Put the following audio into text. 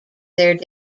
their